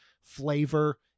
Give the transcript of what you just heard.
flavor